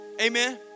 amen